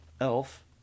Elf